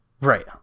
Right